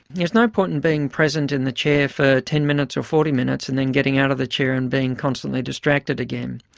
there's no point in being present in the chair for ten minutes or forty minutes and then getting out of the chair and being constantly distracted again.